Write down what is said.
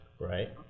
Right